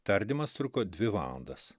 tardymas truko dvi valandas